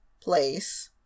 place